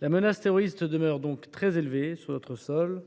La menace terroriste demeure très élevée dans notre pays.